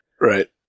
Right